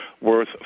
worth